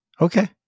Okay